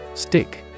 Stick